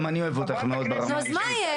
גם אני אוהב אותך מאוד ברמה האישית,